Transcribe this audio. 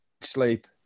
sleep